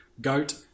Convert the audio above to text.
Goat